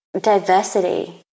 diversity